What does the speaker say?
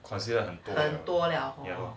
considered 很多了 ya